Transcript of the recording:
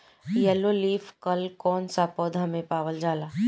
Yellow leaf curl कौन सा पौधा में पावल जाला?